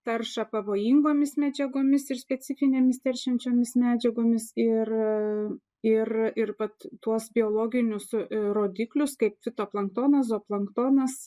taršą pavojingomis medžiagomis ir specifinėmis teršiančiomis medžiagomis ir ir ir vat tuos biologinius rodiklius kaip fitoplanktonas zooplanktonas